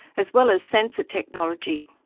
as well as sensor technology.